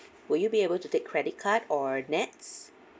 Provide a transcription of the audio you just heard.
would you be able to take credit card or NETS